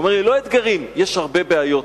הוא אמר לי: לא אתגרים, יש הרבה בעיות.